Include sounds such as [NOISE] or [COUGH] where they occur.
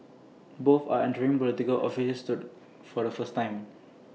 both are entering Political office [UNINTELLIGIBLE] for the first time